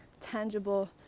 tangible